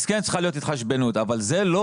אז כן צריכה להיות התחשבנות אבל זה לא